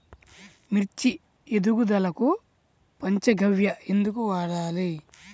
మిర్చి ఎదుగుదలకు పంచ గవ్య ఎందుకు వాడాలి?